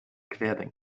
querdenker